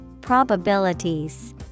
Probabilities